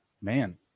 man